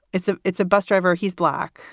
it's a it's a bus driver. he's black.